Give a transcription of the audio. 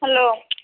hello